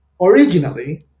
originally